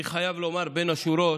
אני חייב לומר בין השורות,